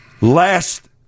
last